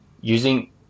using